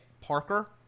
Parker